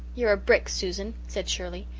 you're a brick, susan, said shirley.